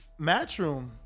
matchroom